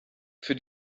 für